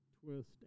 twist